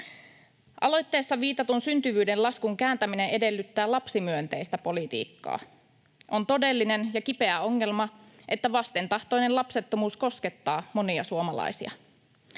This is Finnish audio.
Aloitteessa viitatun syntyvyyden laskun kääntäminen edellyttää lapsimyönteistä politiikkaa. On todellinen ja kipeä ongelma, että vastentahtoinen lapsettomuus koskettaa monia suomalaisia.